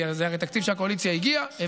כי זה הרי תקציב שהקואליציה הביאה,